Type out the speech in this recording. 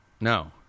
No